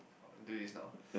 do is now